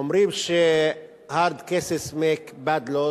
אומרים ש-hard cases make bad laws